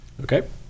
Okay